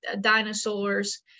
dinosaurs